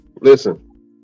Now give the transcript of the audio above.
Listen